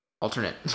alternate